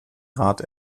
rat